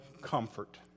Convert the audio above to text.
comfort